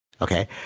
Okay